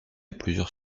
plusieurs